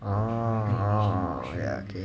orh ya okay